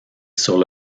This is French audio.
sur